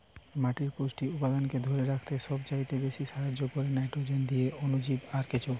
মাটির পুষ্টি উপাদানকে ধোরে রাখতে সবচাইতে বেশী সাহায্য কোরে নাইট্রোজেন দিয়ে অণুজীব আর কেঁচো